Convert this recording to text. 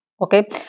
okay